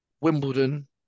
Wimbledon